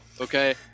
Okay